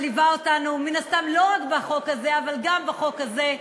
שליווה אותנו מן הסתם לא רק בחוק הזה אבל גם בחוק הזה,